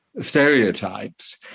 stereotypes